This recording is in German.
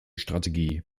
strategie